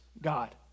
God